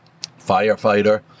firefighter